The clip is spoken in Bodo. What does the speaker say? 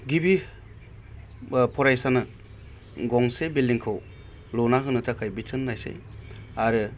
गिबि फरायसानो गंसे बिल्दिंखौ लुना होनो थाखाय बिथोन होनायसै आरो